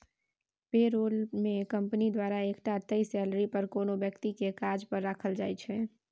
पे role मे company द्वारा एकटा तय सेलरी पर कोनो बेकती केँ काज पर राखल जाइ छै